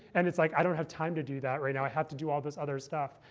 and it's like, i don't have time to do that right now. i have to do all this other stuff.